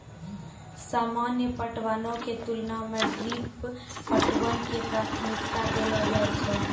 सामान्य पटवनो के तुलना मे ड्रिप पटवन के प्राथमिकता देलो जाय छै